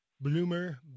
Bloomer